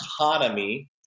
economy